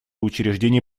учреждения